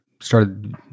started